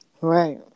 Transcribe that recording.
Right